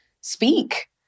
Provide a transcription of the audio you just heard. speak